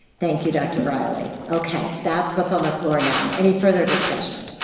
thank you, dr. riley. okay, that's what's on the floor now. any further discussion?